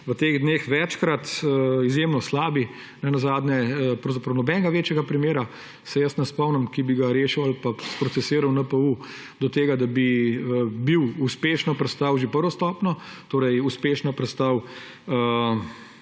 v teh dneh večkrat. Izjemno slabi. Nenazadnje se pravzaprav nobenega večjega primera jaz ne spomnim, ki bi ga rešil ali pa sprocesiral NPU, do tega, da bi bil uspešno prestal že prvo stopnjo, uspešno prestal